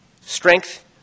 strength